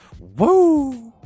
Woo